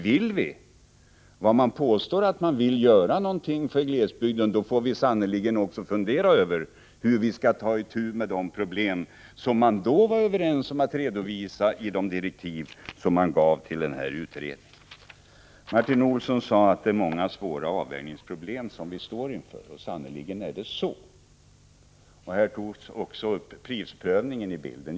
Om vi vill göra någonting för glesbygden får vi sannerligen också fundera över hur vi skall ta itu med de problem som man tidigare var överens om att redovisa i direktiven till denna utredning. Martin Olsson sade att vi står inför många svåra avvägningsproblem, och det är sannerligen så. Här har också nämnts prisprövningen.